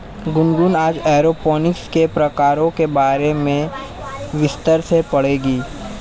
गुनगुन आज एरोपोनिक्स के प्रकारों के बारे में विस्तार से पढ़ेगी